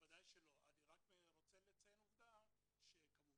בוודאי שלא, אני רק רוצה לציין עובדה שכמובן